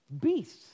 Beasts